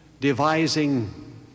devising